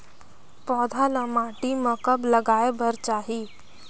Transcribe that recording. पौधा ल माटी म कब लगाए बर चाही?